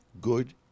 good